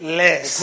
less